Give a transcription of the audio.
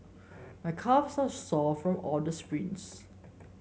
my calves are sore from all the sprints